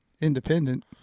Independent